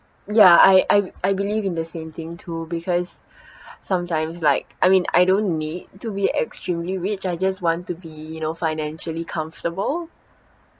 ya I I I believe in the same thing too because sometimes like I mean I don't need to be extremely rich I just want to be you know financially comfortable